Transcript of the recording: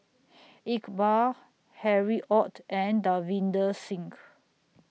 Iqbal Harry ORD and Davinder Singh